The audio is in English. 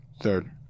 Third